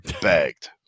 begged